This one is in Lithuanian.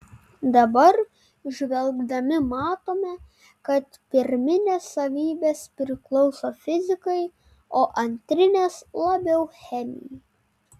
dabar žvelgdami matome kad pirminės savybės priklauso fizikai o antrinės labiau chemijai